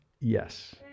yes